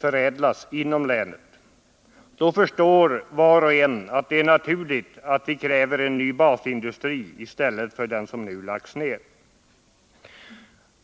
förädlas inom länet, då förstår var och en att det är naturligt att vi kräver en ny basindustri i stället för den som nu lagts ner.